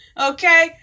Okay